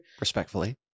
Respectfully